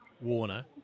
Warner